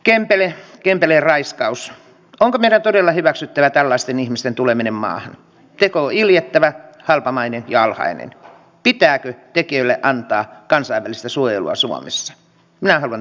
kempele kempeleen raiskaus on konepellillä hyväksyttävä tällaisten ihmisten tuleminen maahan kekoiljettävä halpamainenjalkainen pitääkö tekijöille antaa kansainvälistä suojelua suomessa näin ollen